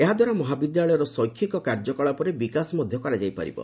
ଏହାଦ୍ୱାରା ମହାବିଦ୍ୟାଳୟର ଶୈକ୍ଷିକ କାର୍ଯ୍ୟକଳାପରେ ବିକାଶ ମଧ୍ୟ କରାଯାଇ ପାରିବ